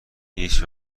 هیچ